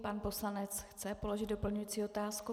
Pan poslanec chce položit doplňující otázku.